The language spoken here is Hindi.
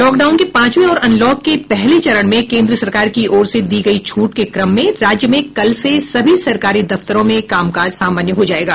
लॉकडाउन के पांचवें और अनलॉक के पहले चरण में केंद्र सरकार की ओर से दी गयी छूट के क्रम में राज्य में कल से सभी सरकारी दफ्तरों में कामकाज सामान्य हो जायेगा